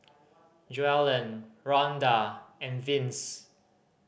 Joellen Ronda and Vince